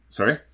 Sorry